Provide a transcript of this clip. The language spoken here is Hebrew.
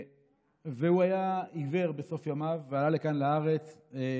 הוא היה עיוור בסוף ימיו ועלה לכאן, לארץ.